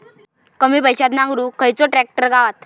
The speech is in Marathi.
कमी पैशात नांगरुक खयचो ट्रॅक्टर गावात?